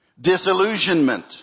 Disillusionment